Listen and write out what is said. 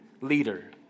leader